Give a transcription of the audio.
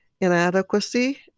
inadequacy